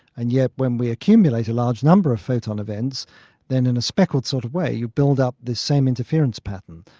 and yet when we accumulate a large number of photon events then in a speckled sort of way you build up this same interference pattern.